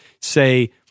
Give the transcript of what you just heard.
say